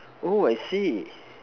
oh I see